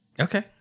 Okay